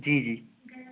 जी जी